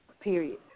period